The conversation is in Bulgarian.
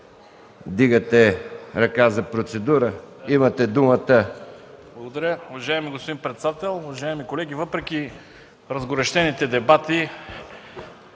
вдигате ръка – за процедура. Имате думата.